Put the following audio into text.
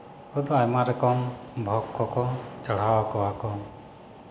ᱩᱱᱠᱩ ᱫᱚ ᱟᱭᱢᱟ ᱨᱚᱠᱚᱢ ᱵᱷᱳᱜᱽ ᱠᱚᱠᱚ ᱪᱟᱲᱦᱟᱣ ᱟᱠᱚᱣᱟᱠᱚ